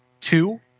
Two